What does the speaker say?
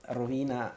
rovina